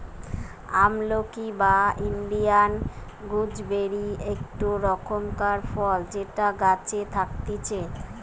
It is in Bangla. আমলকি বা ইন্ডিয়ান গুজবেরি একটো রকমকার ফল যেটা গাছে থাকতিছে